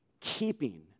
keeping